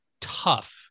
tough